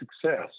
success